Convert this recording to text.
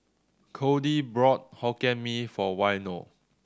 Codie brought Hokkien Mee for Waino